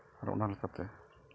ᱟᱨ ᱚᱱᱟ ᱞᱮᱠᱟᱛᱮ